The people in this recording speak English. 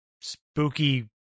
spooky